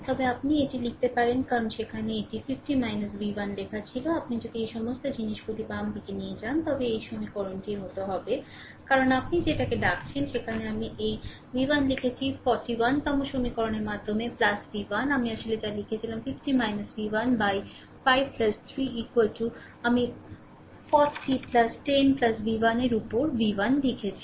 তবে আপনি এটি লিখতে পারেন কারণ সেখানে এটি 50 v1 লেখা ছিল আপনি যদি এই সমস্ত জিনিসগুলি বাম দিকে নিয়ে যান তবে এটি সমীকরণটি এর মতো হবে কারণ আপনি যেটাকে ডাকেন সেখানেই আমি এই v1 লিখেছি 41 তম সমীকরণের মাধ্যমে v1 আমি আসলে যা লিখেছিলাম 50 v1 বাই5 3 আমি 40 10 v1 এর উপর v1 লিখেছি